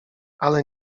ale